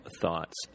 thoughts